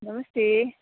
नमस्ते